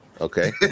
Okay